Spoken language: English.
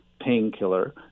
painkiller